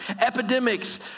epidemics